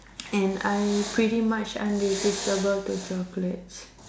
and I pretty much irresistable to chocolates